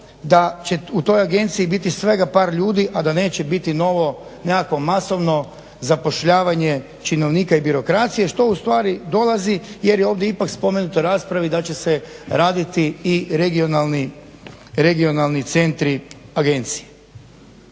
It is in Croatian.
da će u toj agenciji biti svega par ljudi, a da neće biti novo nekakvo masovno zapošljavanje činovnika i birokracije što u stvari dolazi jer je ovdje ipak spomenuto u raspravi da će se raditi i regionalni centri agencije.